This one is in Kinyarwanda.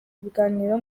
ibiganiro